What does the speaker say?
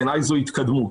בעיניי זו התקדמות.